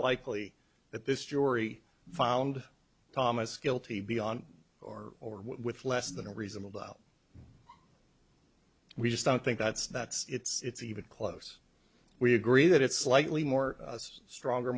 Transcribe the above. likely that this jury found thomas guilty beyond or with less than a reasonable we just don't think that's that's it's even close we agree that it's slightly more stronger